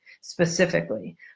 specifically